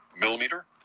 millimeter